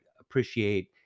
appreciate